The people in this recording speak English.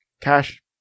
cash